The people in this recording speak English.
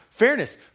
Fairness